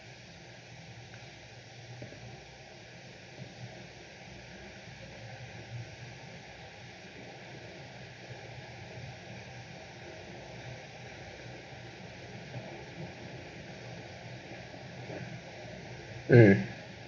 mm